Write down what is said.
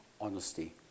Honesty